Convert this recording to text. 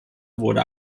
wurde